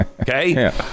Okay